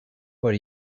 what